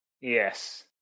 Yes